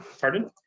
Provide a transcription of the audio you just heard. pardon